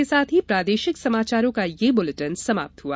इसके साथ ही प्रादेशिक समाचारों का ये बुलेटिन समाप्त हुआ